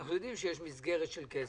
אנחנו יודעים שיש מסגרת של כסף.